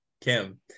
Kim